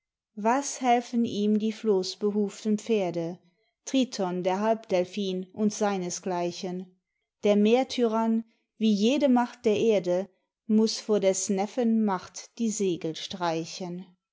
was helfen ihm die floßbehuften pferde triton der halbdelphin und seinesgleichen der meertyrann wie jede macht der erde muß vor des neffen macht die segel streichen